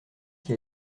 qui